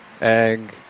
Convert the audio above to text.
egg